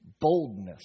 boldness